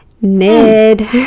Ned